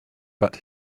but